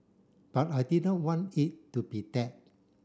but I didn't want it to be tag